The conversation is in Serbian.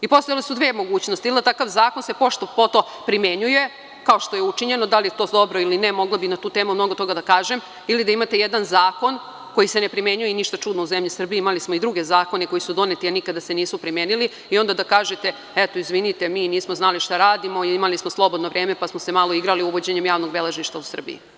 Postojale su dve mogućnosti, ili da se takav zakon pošto poto primenjuje, kao što je učinjeno, da li je to dobro ili ne, mogla bih mnogo toga na tu temu da kažem ili da imate jedan zakon koji se ne primenjuje i ništa čudno u zemlji Srbiji, imali smo i druge zakone koji su doneti, a nikada se nisu primenili i onda da kažete – eto, izvinite, mi nismo znali šta radimo, imali smo slobodno vreme, pa smo se malo igrali uvođenja javnog beležništva u Srbiji.